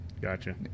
gotcha